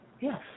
Yes